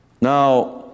Now